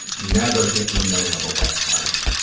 never get in the middle of a web fight.